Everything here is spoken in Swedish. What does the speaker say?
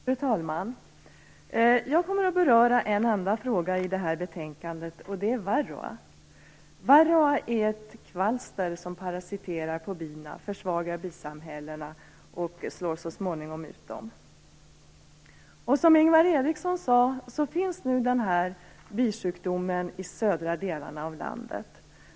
Fru talman! Jag kommer att beröra en enda fråga i detta betänkande. Det är varroa. Varroa är ett kvalster som parasiterar på bin, försvagar bisamhällena och så småningom slår ut dem. Som Ingvar Eriksson sade finns nu den här bisjukdomen i södra delarna av landet.